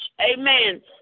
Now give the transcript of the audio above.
Amen